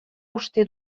uste